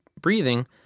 breathing